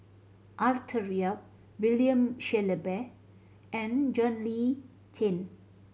Arthur Yap William Shellabear and John Le Cain